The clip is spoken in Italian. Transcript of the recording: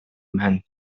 mente